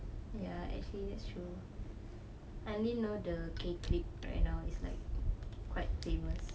ya actually that's true I only know the K clique right now is like quite famous